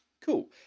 Cool